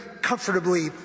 comfortably